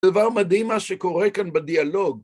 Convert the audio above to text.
דבר מדהים מה שקורה כאן בדיאלוג.